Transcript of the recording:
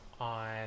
on